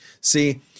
See